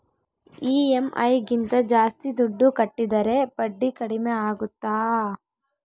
EMI ಗಿಂತ ಜಾಸ್ತಿ ದುಡ್ಡು ಕಟ್ಟಿದರೆ ಬಡ್ಡಿ ಕಡಿಮೆ ಆಗುತ್ತಾ?